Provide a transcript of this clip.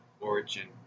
origin